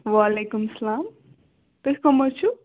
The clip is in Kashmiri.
وعلیکُم سَلام تُہۍ کٕم حظ چھِو